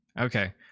okay